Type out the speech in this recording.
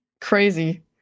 crazy